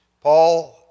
Paul